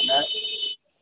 नहि